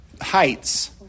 heights